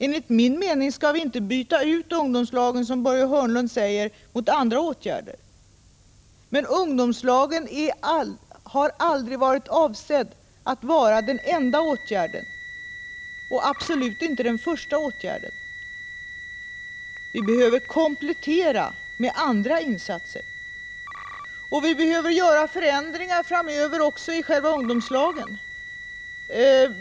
Enligt min mening skall vi inte byta ut ungdomslagen, som Börje Hörnlund säger, mot andra åtgärder. Men ungdomslagen har aldrig varit avsedd att vara den enda åtgärden och absolut inte den första. Vi behöver komplettera med andra insatser. Dessutom behöver vi framöver också göra förändringar i själva verksamheten med ungdomslagen.